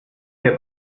der